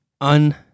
un